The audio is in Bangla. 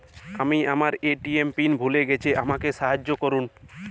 আমি আমার এ.টি.এম পিন ভুলে গেছি আমাকে সাহায্য করুন